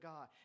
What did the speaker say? God